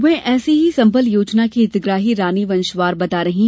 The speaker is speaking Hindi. वही ऐसी ही संबल योजना की हितग्राही रानी वंशवार बता रही है